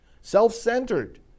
Self-centered